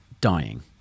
dying